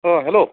অঁ হেল্ল'